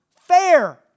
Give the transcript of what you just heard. fair